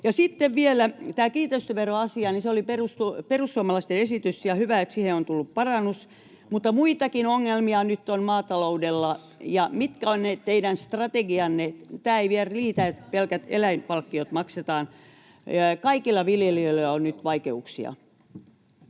Sitten vielä tämä kiinteistöveroasia: se oli perussuomalaisten esitys, ja on hyvä, että siihen on tullut parannus. Mutta muitakin ongelmia nyt on maataloudella. Mitkä ovat ne teidän strategianne? Tämä ei vielä riitä, että pelkät eläinpalkkiot maksetaan. Kaikilla viljelijöillä on nyt vaikeuksia.